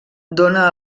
dóna